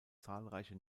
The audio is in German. zahlreiche